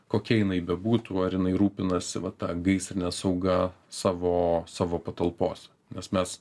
kokia jinai bebūtų ar jinai rūpinasi vat ta gaisrine sauga savo savo patalpos nes mes